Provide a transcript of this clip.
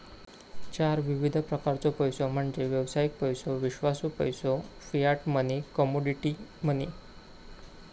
चार विविध प्रकारचो पैसो म्हणजे व्यावसायिक पैसो, विश्वासू पैसो, फियाट मनी, कमोडिटी मनी